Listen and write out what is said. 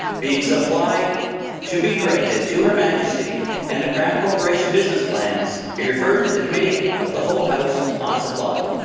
being supply to be granted to her majesty and the crown corporation business plans be referred to the committee of the whole house on supply.